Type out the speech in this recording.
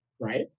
right